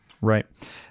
Right